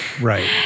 Right